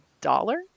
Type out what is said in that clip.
dollar